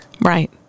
Right